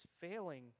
failing